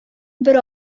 бер